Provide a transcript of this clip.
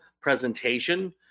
presentation